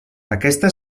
aquesta